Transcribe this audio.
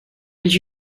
did